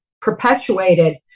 Perpetuated